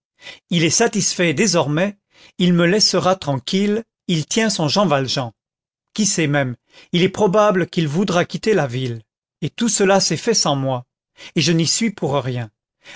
il est satisfait désormais il me laissera tranquille il tient son jean valjean qui sait même il est probable qu'il voudra quitter la ville et tout cela s'est fait sans moi et je n'y suis pour rien